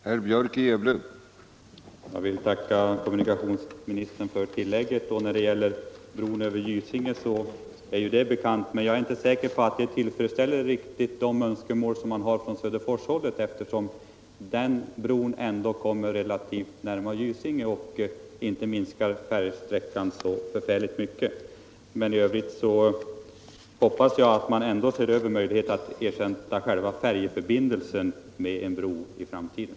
Herr talman! Jag vill tacka kommunikationsministern för tillägget. När det gäller bron vid Gysinge är det bekant för mig att sådana planer finns. Men jag är inte säker på att det riktigt tillfredsställer de önskemål som man har från Söderforshållet, eftersom den bron ju kommer att ligga nära Gysinge och inte minskar sträckan så mycket. I övrigt hoppas jag att man ändå ser över möjligheterna att ersätta själva färjförbindelsen med en bro i framtiden.